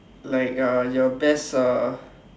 like uh your best uh